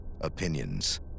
opinions